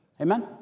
Amen